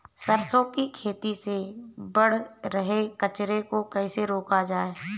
सरसों की खेती में बढ़ रहे कचरे को कैसे रोका जाए?